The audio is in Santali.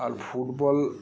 ᱟᱨ ᱯᱷᱩᱴᱵᱚᱞ